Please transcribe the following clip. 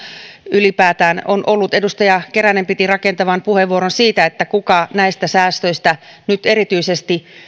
ylipäätään on ollut edustaja keränen piti rakentavan puheenvuoron siitä kuka näistä säästöistä nyt erityisesti